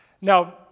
Now